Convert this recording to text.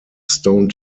stone